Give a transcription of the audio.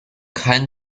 keinen